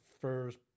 first